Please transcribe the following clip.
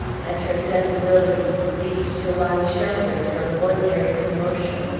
and her sensibilities seemed to lie sheltered from ordinary commotion,